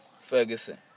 Ferguson